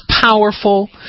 powerful